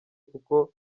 kuko